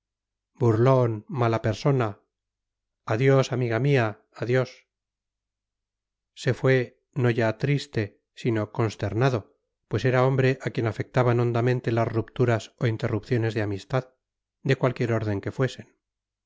burlón mala persona adiós amiga mía adiós se fue no ya triste sino consternado pues era hombre a quien afectaban hondamente las rupturas o interrupciones de amistad de cualquier orden que fuesen